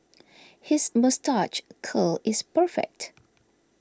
his moustache curl is perfect